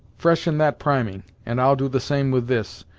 freshen that priming, and i'll do the same with this,